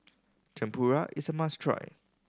tempura is must try